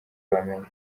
bamenya